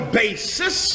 basis